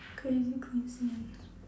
crazy coincidence